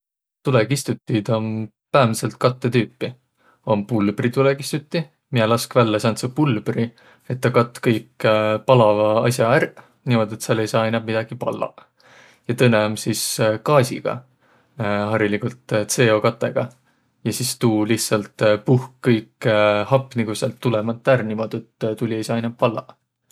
Tulõkistutiid om päämädselt kattõ tüüpi. Om pulbri tulõkistuti, miä lask vällä säändse pulbri, et tä katt kõik palavaq as'aq ärq niimuudu, et sääl ei saaq inämb midägi pallaq. Ja tõnõ om sis gaasiga, hariligult CO2-ga, ja sis tuu lihtsalt puhk kõik hapnigu säält tulõ mant ärq, niimuudu et tuli ei saaq inämb pallaq.